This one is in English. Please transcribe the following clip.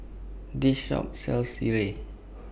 This Shop sells Sireh